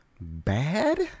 bad